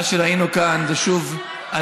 מה שקורה פה במליאה, יש פה אלימות